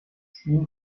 spiel